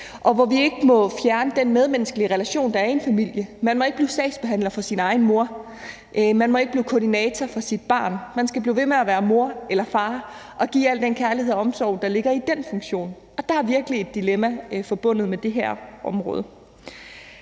og hvor vi ikke må fjerne den medmenneskelige relation, der er i en familie. Man må ikke blive sagsbehandler for sin egen mor, og man må ikke blive koordinator for sit barn, men man skal blive ved med at være mor eller far og give al den kærlighed og omsorg, der ligger i den funktion, og der er virkelig et dilemma forbundet med det her område.